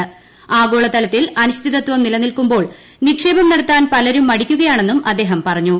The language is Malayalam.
ലോകബാങ്കിന്റെ ആഗോളതലത്തിൽ അനിശ്ചിതത്വം നിലനിൽക്കുമ്പോൾ നിക്ഷേപം നടത്താൻ പലരും മടിക്കുകയാണെന്നും അദ്ദേഹം പറഞ്ഞു